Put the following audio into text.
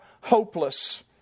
hopeless